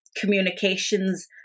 communications